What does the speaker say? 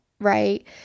right